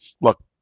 look